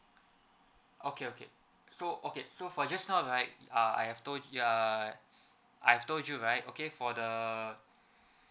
okay okay so okay so for just now right uh I have told err I have told you right okay for the